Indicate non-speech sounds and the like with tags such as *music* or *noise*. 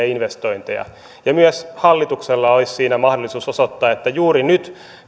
*unintelligible* investointeja myös hallituksella olisi siinä mahdollisuus että juuri nyt